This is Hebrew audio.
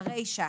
ברישה,